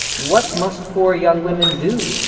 what must poor young women do,